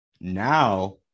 Now